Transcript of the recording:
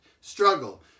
struggle